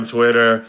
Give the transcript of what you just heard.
Twitter